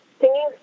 singing